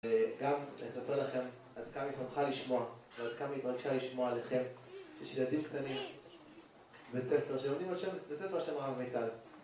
גם אספר לכם, עד כמה היא שמחה לשמוע, ועד כמה היא מרגישה לשמוע לכם, שילדים קטנים, בית ספר, שלומדים על שם, בית ספר על שם רב עמיטל.